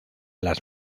las